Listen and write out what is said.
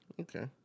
Okay